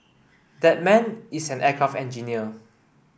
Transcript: that man is an aircraft engineer